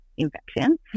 Infection